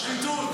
שחיתות.